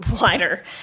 wider